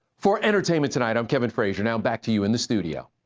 for entertainment tonight, um kevin frazier, now back to you in the studio.